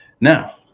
Now